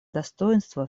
достоинства